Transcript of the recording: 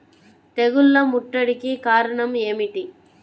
తెగుళ్ల ముట్టడికి కారణం ఏమిటి?